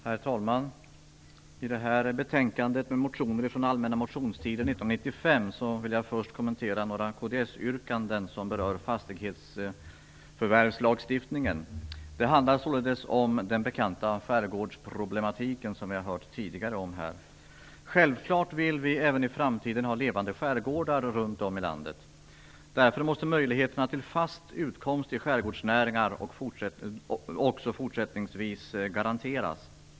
Herr talman! När det gäller det här betänkandet med motioner från allmänna motionstiden 1995 vill jag först kommentera några kds-yrkanden som berör fastighetsförvärvslagstiftningen. Det handlar således om den bekanta skärgårdsproblematiken, som vi tidigare här har hört om. Självfallet vill vi även i framtiden ha levande skärgårdar runt om i vårt land. Därför måste möjligheterna till fast utkomst i skärgårdsnäringar också fortsättningsvis garanteras.